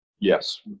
Yes